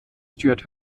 stewart